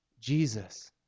Jesus